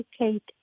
educate